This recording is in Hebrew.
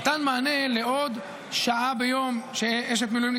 נתן מענה לעוד שעה ביום שאשת מילואימניק